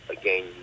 again